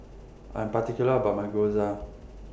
I'm particular about My Gyoza